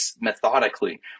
methodically